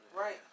Right